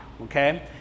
okay